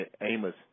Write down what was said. Amos